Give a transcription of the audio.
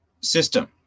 system